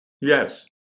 Yes